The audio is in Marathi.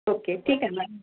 ओके ठीक आहे ना